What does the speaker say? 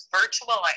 virtual